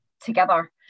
together